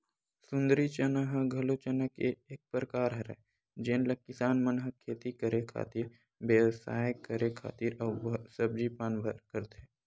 सुंदरी चना ह घलो चना के एक परकार हरय जेन ल किसान मन ह खेती करे खातिर, बेवसाय करे खातिर अउ सब्जी पान बर करथे